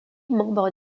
membres